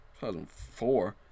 2004